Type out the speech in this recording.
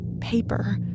paper